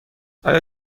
آیا